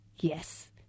yes